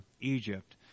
Egypt